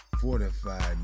fortified